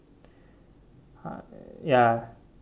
ya